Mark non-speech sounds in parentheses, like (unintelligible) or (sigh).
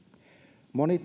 moni (unintelligible)